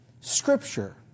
Scripture